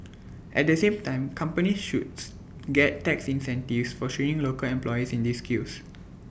at the same time companies should get tax incentives for training local employees in these skills